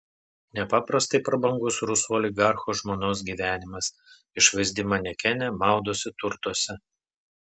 nepaprastai prabangus rusų oligarcho žmonos gyvenimas išvaizdi manekenė maudosi turtuose